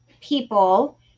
people